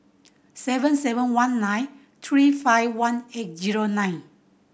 seven seven one nine three five one eight zero nine